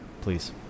please